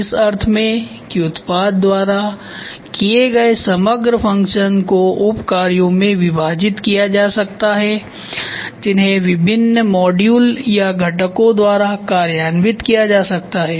इस अर्थ में कि उत्पाद द्वारा किए गए समग्र फ़ंक्शन को उप कार्यों में विभाजित किया जा सकता है जिन्हें विभिन्न मॉड्यूल या घटकों द्वारा कार्यान्वित किया जा सकता है